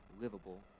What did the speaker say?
livable